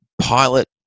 pilot